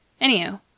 Anyhow